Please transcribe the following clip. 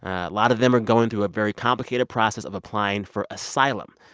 a lot of them are going through a very complicated process of applying for asylum.